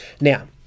Now